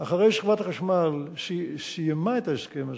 אחרי שחברת החשמל סיימה את ההסכם הזה,